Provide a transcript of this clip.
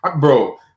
Bro